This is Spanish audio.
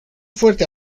fuerte